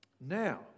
Now